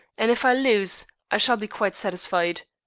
and if i lose i shall be quite satisfied.